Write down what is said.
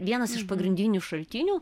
vienas iš pagrindinių šaltinių